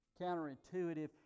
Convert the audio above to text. counterintuitive